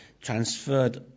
transferred